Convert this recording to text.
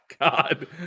god